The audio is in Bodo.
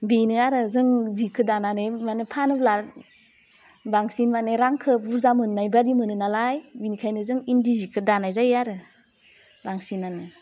बेनो आरो जों जिखौ दानानै माने फानोब्ला बांसिन मानि रांखो बुरजा मोन्नाय बादि मोनो नालाय बेनिखायनो जों इन्दि जिखौ दानाय जायो आरो बांसिनानो